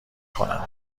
کنم